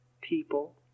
people